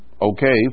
okay